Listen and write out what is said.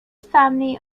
family